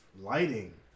lighting